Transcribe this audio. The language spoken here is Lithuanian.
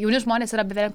jauni žmonės yra bevei